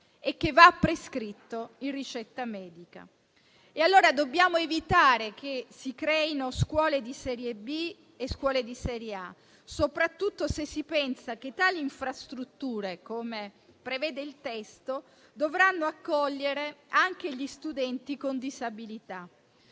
e che va prescritto in ricetta medica. Dobbiamo evitare allora che si creino scuole di serie B e scuole di serie A, soprattutto se si pensa che le infrastrutture - come prevede il testo - dovranno accogliere anche gli studenti con disabilità.